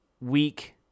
week